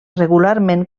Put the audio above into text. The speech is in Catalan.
regularment